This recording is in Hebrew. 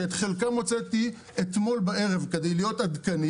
שאת חלקם הוצאתי אתמול בערב כדי להיות עדכני